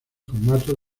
formato